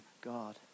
God